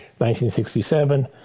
1967